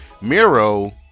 Miro